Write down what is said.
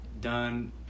done